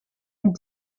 den